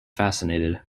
fascinated